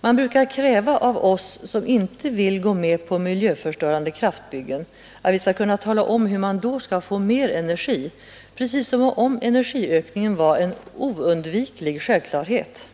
Man brukar kräva av oss som inte vill gå med på miljöförstörande kraftbyggen att vi skall kunna tala om hur man då skall få mer energi, precis som om energiökningen var en oundviklig självklarhet.